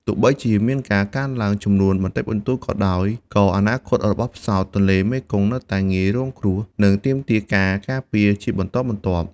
ទោះបីជាមានការកើនឡើងចំនួនបន្តិចបន្តួចក៏ដោយ ក៏អនាគតរបស់ផ្សោតទន្លេមេគង្គនៅតែងាយរងគ្រោះ និងទាមទារការការពារជាបន្តបន្ទាប់។